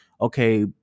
Okay